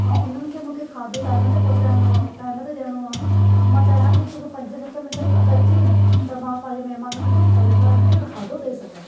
हा हुननि खे मूंखे खाधो टाइम ते पहुचाइणो आहे टाइम ते ॾियणो आहे त मां चयां थी हिकु पंज सत मिनट अॻु अची त मां पंहिंजे महिमाननि खे सही सां हुनखे खाधो ॾेई सघां